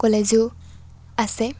কলেজো আছে